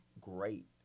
great